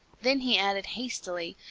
then he added hastily,